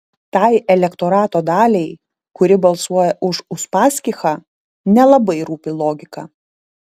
tai elektorato daliai kuri balsuoja už uspaskichą nelabai rūpi logika